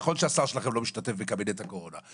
נכון שהשר שלכם לא משתתף בקבינט הקורונה,